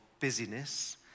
busyness